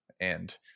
and-